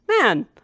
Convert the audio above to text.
man